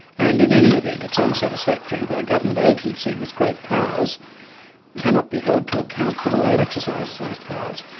and in any event, it's unsatisfactory that a government agency with great powers cannot be held to account for the way it exercises those powers.